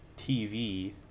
TV